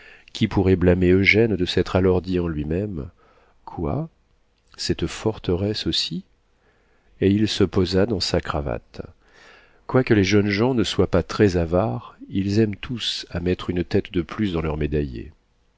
qui pourrait blâmer eugène de s'être alors dit en lui-même quoi cette forteresse aussi et il se posa dans sa cravate quoique les jeunes gens ne soient pas très avares ils aiment tous à mettre une tête de plus dans leur médaillier